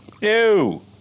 Ew